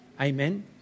Amen